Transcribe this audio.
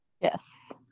Yes